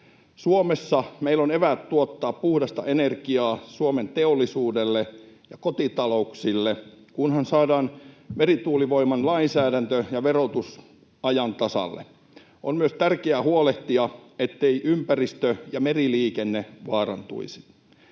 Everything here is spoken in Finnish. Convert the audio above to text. Suomessa meillä on eväät tuottaa puhdasta energiaa Suomen teollisuudelle ja kotitalouksille, kunhan saadaan merituulivoiman lainsäädäntö ja verotus ajan tasalle. On myös tärkeää huolehtia, etteivät ympäristö ja meriliikenne vaarantuisi.